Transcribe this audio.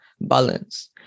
balance